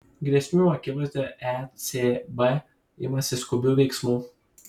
grėsmių akivaizdoje ecb imasi skubių veiksmų